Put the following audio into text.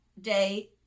day